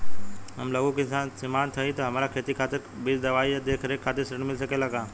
हम लघु सिमांत बड़ किसान हईं त हमरा खेती खातिर खाद बीज दवाई आ देखरेख खातिर ऋण मिल सकेला का?